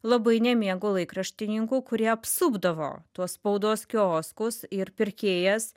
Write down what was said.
labai nemėgo laikraštininkų kurie apsupdavo tuos spaudos kioskus ir pirkėjas